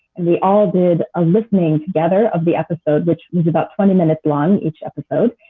and we all did a listening together of the episode, which was about twenty minutes long, each episode.